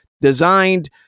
designed